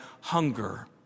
hunger